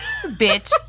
Bitch